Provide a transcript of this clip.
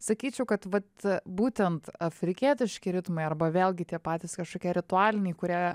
sakyčiau kad vat būtent afrikietiški ritmai arba vėlgi tie patys kažkokie ritualiniai kurie